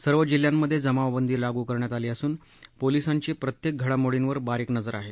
सर्व जिल्ह्यांमध्ये जमावबंदी लागू करण्यात आली असून पोलिसांची प्रत्येक घडामोडींवर बारीक नजर आहे